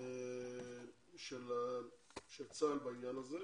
של צה"ל בעניין הזה,